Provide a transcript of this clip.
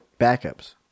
backups